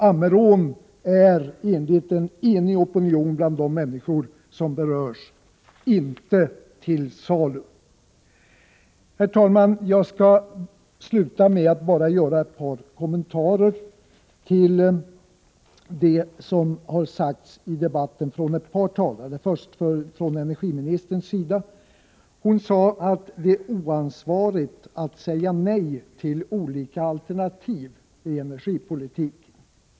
Ammerån är, enligt en enig opinion bland de människor som berörs, inte till salu. Herr talman! Jag skall sluta med att göra ett par kommentarer till vad som sagts i debatten av ett par talare. Först gäller det energiministern. Hon sade att det är oansvarigt att säga nej till olika alternativ i energipolitiken.